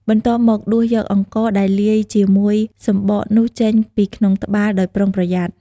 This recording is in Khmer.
បន្ទាប់មក ដួសយកអង្ករដែលលាយជាមួយសម្បកនោះចេញពីក្នុងត្បាល់ដោយប្រុងប្រយ័ត្ន។